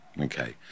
okay